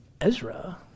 Ezra